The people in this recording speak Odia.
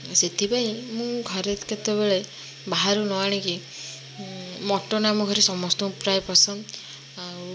ସେଥି ପାଇଁ ମୁଁ ଘରେ କେତେବେଳେ ବାହାରୁ ନ ଆଣିକି ମଟନ୍ ଆମ ଘରେ ସମସ୍ତକୁ ପ୍ରାୟ ପସନ୍ଦ